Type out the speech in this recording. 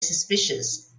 suspicious